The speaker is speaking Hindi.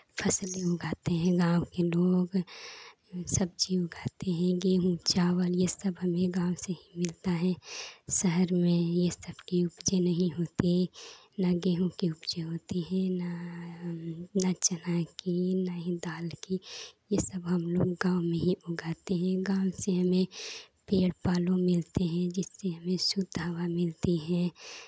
फसलें उगाते हैं गाँव के लोग सब्ज़ी उगाते हैं गेहूँ चावल ये सब हमें गाँव से मिलता है शहर में ये सब की उपजे नहीं होती ना गेहूँ के उपजे होती है ना चना की ना ही दाल की ये सब हम लोग गाँव में ही उगाते हैं गाँव से हमें पेड़ पालो मिलते हैं जिससे हमें जो चावल मिलते हैं